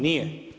Nije.